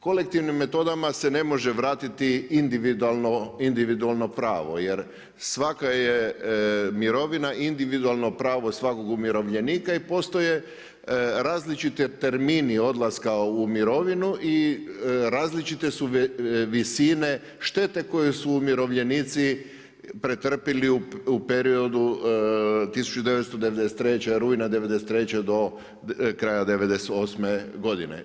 Kolektivnim metodama se ne može vratiti individualno pravo, jer svaka je mirovina individualno pravo svakog umirovljenika i postoje različiti termini odlaska u mirovinu i različite su visine štete koju su umirovljenici pretrpili u periodu 1993., rujna '93. do kraja '98. godine.